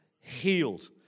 Healed